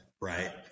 right